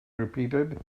repeated